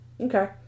Okay